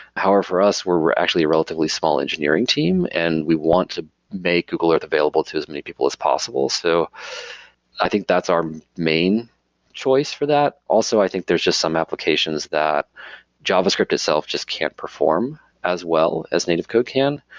however for us, we're actually a relatively small engineering team and we want to make google earth available to as many people as possible. so i think that's our main choice for that. also, i think there's just some applications that javascript itself just can't perform as well as native code can.